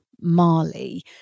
Marley